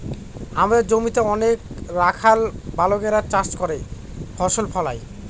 আমাদের জমিতে অনেক রাখাল বালকেরা চাষ করে ফসল ফলায়